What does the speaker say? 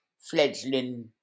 fledgling